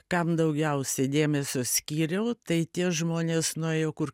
kam daugiausiai dėmesio skyriau tai tie žmonės nuėjo kur